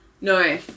No